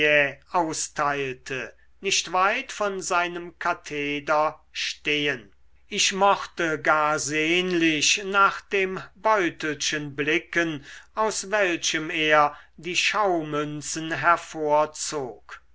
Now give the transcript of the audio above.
austeilte nicht weit von seinem katheder stehen ich mochte gar sehnlich nach dem beutelchen blicken aus welchem er die